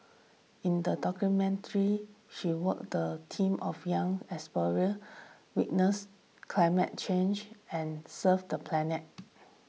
in the documentary she worked team of young explorers witness climate change and serve the planet